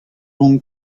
hon